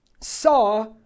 saw